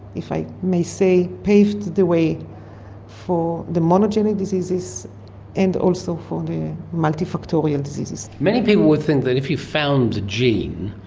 if i may say, paved the way for the mono-genetic diseases and also for the multifactorial diseases. many people would think that if you found the gene,